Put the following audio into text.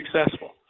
successful